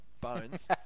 bones